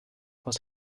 was